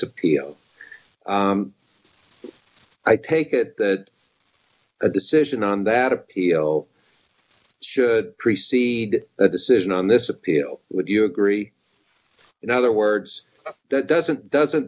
appeal i take it that a decision on that appeal should precede a decision on this appeal would you agree in other words doesn't doesn't